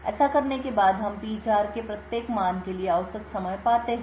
ऐसा करने के बाद हम P4 के प्रत्येक मान के लिए औसत समय पाते हैं